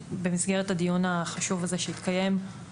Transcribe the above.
במסגרת הדיון החשוב הזה שהתקיים,